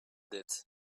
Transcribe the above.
dette